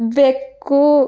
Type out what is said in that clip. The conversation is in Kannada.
ಬೆಕ್ಕು